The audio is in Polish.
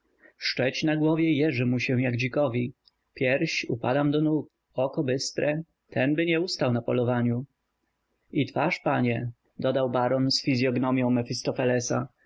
szczeć na głowie jeży mu się jak dzikowi pierś upadam do nóg oko bystre tenby nie ustał na polowaniu i twarz panie dodał baron z fizyognomią mefistofelesa